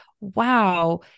wow